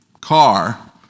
car